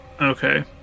Okay